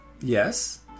yes